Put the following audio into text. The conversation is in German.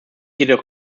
jedoch